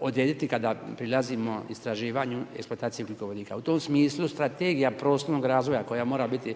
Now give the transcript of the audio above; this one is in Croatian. odrediti kada prilazimo istraživanju i eksploataciji ugljikovodika. U tom smislu Strategija prostornog razvoja koja mora biti